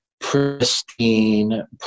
pristine